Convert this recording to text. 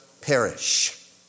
perish